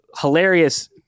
hilarious